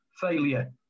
failure